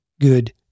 good